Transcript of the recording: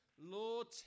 Lord